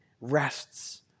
rests